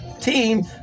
team